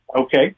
Okay